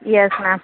yes ma'am